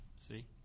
see